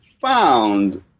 found